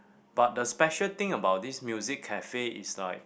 but the special thing about this music cafe is like